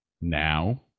Now